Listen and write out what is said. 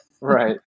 right